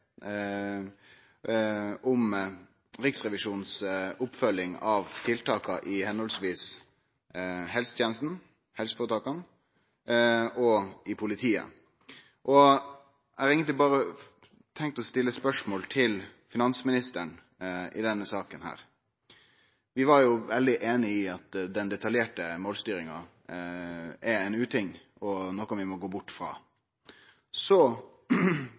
om Riksrevisjonens oppfølging av tiltaka i helsetenesta, i helseføretaka og i politiet. Eg har eigentleg berre tenkt å stille eit spørsmål til finansministeren i denne saka. Vi var jo veldig einige i at den detaljerte målstyringa er ein uting og noko vi må gå bort frå. Så